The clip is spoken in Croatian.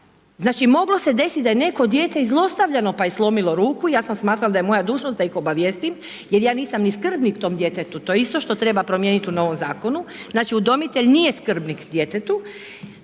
Znači moglo se desiti da je neko dijete i zlostavljano pa je slomilo ruku, ja sam smatrala da je moja dužnost da ih obavijestim jer ja nisam ni skrbnik tom djetetu, to je isto što treba promijeniti u novom zakonu, znači udomitelj nije skrbnik djetetu